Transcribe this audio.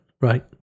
right